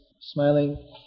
smiling